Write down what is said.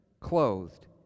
clothed